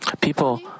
people